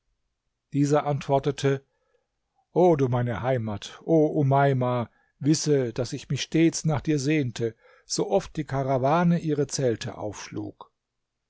dieser antwortete o du meine heimat o umeima wisse daß ich mich stets nach dir sehnte sooft die karawane ihre zelte aufschlug